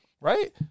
Right